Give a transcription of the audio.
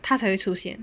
他才会出现